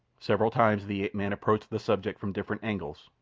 several times the ape-man approached the subject from different angles,